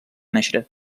néixer